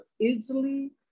easily